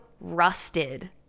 rusted